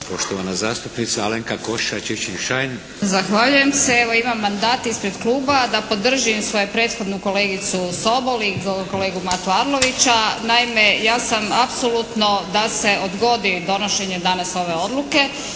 Zahvaljujem se. Evo imam mandat ispred kluba da podržim svoju prethodnu kolegicu Sobol i kolegu Matu Arlovića. Naime ja sam apsolutno da se odgodi donošenje danas ove odluke